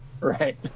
Right